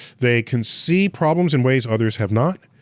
they can see problems in ways others have not.